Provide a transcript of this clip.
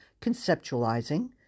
conceptualizing